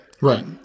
right